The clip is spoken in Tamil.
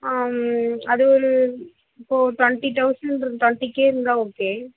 ஆ ம் அது ஒரு இப்போ ட்வெண்ட்டி தௌசண்ட் ட்வெண்ட்டிக்கே இருந்தால் ஓகே